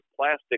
plastic